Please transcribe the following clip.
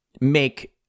make